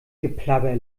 geplapper